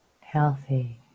healthy